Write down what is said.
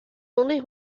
only